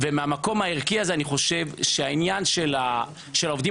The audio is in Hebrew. ומהמקום הערכי הזה אני חושב שהעניין של העובדים